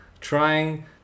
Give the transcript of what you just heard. trying